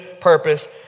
purpose